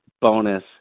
bonus